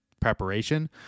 preparation